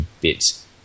bits